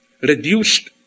reduced